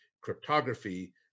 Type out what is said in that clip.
cryptography